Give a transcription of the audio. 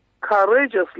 courageously